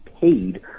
paid